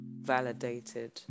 validated